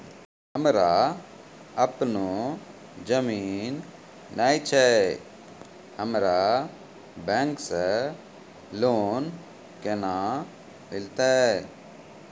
हमरा आपनौ जमीन नैय छै हमरा बैंक से लोन केना मिलतै?